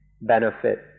benefit